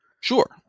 Sure